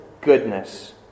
goodness